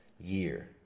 year